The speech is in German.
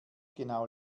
genau